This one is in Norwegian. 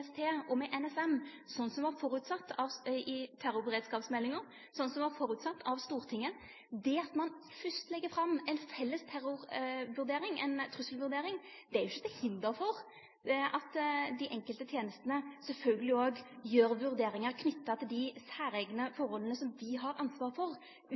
og med NSM sånn som det var føresett i terrorberedskapsmeldinga, og sånn som det var føresett av Stortinget. Det at ein fyrst legg fram ei felles terrorvurdering, ei trusselvurdering, er jo ikkje til hinder for at dei enkelte tenestene sjølvsagt òg gjer vurderingar utover det, knytte til dei særeigne forholda som dei har ansvar for – byggjer ut